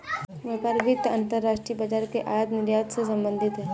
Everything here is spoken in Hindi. व्यापार वित्त अंतर्राष्ट्रीय बाजार के आयात निर्यात से संबधित है